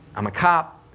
i'm a cop,